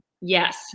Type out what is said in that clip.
Yes